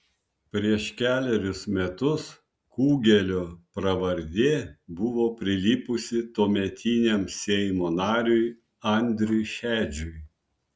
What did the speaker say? prieš kelerius metus kugelio pravardė buvo prilipusi tuometiniam seimo nariui andriui šedžiui